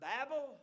Babel